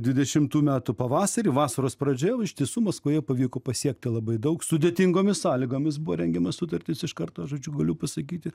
dvidešimtų metų pavasarį vasaros pradžioje iš tiesų maskvoje pavyko pasiekti labai daug sudėtingomis sąlygomis buvo rengiama sutartis iš karto žodžiu galiu pasakyti